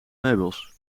meubels